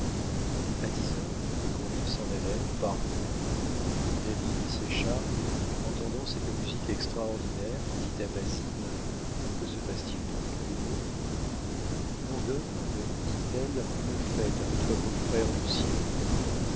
a dix heures les convives s'en allèrent par groupes david séchard entendant cette musique extraordinaire dit à basine que se passe-t-il donc a l'houmeau l'on donne répondit-elle une fête à votre beau-frère lucien